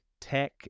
tech